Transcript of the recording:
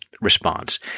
Response